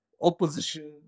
Opposition